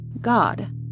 God